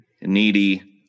needy